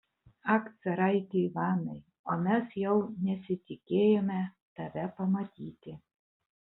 ak caraiti ivanai o mes jau nesitikėjome tave pamatyti